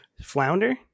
Flounder